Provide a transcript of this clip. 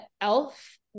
elf